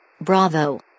Bravo